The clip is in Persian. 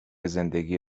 زندگی